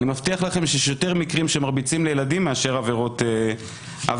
אני מבטיח שיש יותר מקרים שמרביצים לילדים מאשר עבירות נשק.